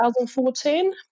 2014